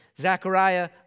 Zechariah